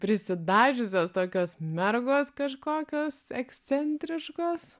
prisidažiusios tokios mergos kažkokios ekscentriškos